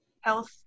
health